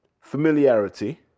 familiarity